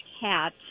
cat